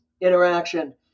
interaction